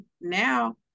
Now